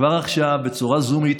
כבר עכשיו, בצורה "זומית",